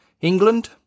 England